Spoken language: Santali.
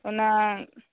ᱚᱱᱟ